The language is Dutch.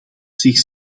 zich